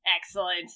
Excellent